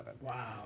Wow